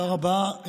תודה רבה.